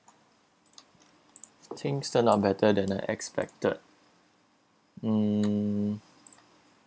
things turned out better than I expected hmm